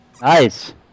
nice